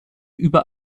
über